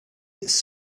it’s